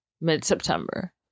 mid-September